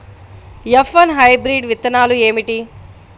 F one hybrid విత్తనాలు ఏమిటి?